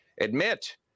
admit